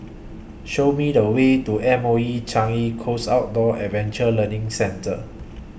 Show Me The Way to M O E Changi Coast Outdoor Adventure Learning Centre